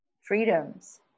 freedoms